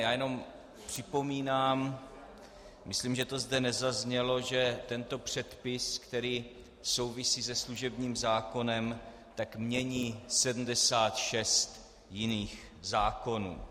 Já jenom připomínám, myslím, že to zde nezaznělo, že tento předpis, který souvisí se služebním zákonem, mění 76 jiných zákonů.